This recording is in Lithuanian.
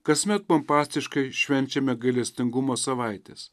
kasmet pompastiškai švenčiame gailestingumo savaites